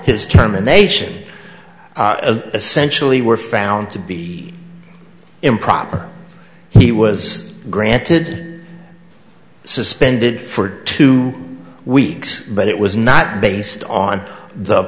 his germination essentially were found to be improper he was granted suspended for two weeks but it was not based on the